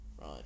Right